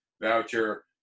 voucher